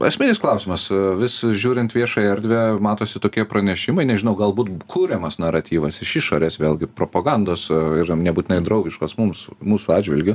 esminis klausimas vis žiūrint viešąja erdvę matosi tokie pranešimai nežinau galbūt kuriamas naratyvas iš išorės vėlgi propagandos ir nebūtinai draugiškos mums mūsų atžvilgiu